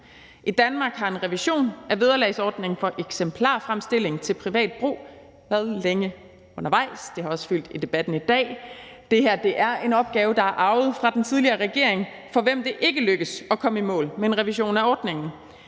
I Danmark har en revision af vederlagsordningen for eksemplarfremstilling til privat brug været længe undervejs – det har også fyldt i debatten i dag. Det her er en opgave, der er arvet fra den tidligere regering, for hvem det ikke lykkedes at komme i mål med en revision af ordningen.